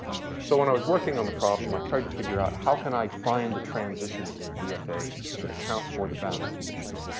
so when i was working on the problem, i tried to figure out, how can i find the transitions in the dfa that accounts for the boundary conditions?